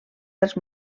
dels